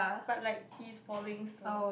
but like he's falling so